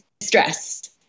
stress